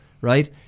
right